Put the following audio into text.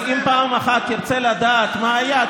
אבל אם פעם אחת תרצה לדעת מה היה,